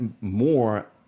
more